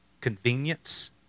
convenience